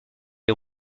est